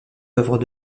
œuvres